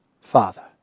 Father